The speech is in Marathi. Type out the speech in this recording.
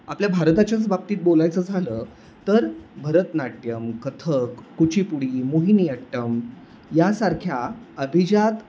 आपल्या भारताच्याच बाबतीत बोलायचं झालं तर भरतनाट्यम कथ्थक कुचीपुडी मोहिनीअट्टम यासारख्या अभिजात